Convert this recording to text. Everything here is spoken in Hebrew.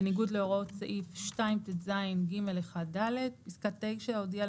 בניגוד להוראות סעיף 2טז1(ג)(1)(ד); (9)הודיעה